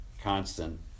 constant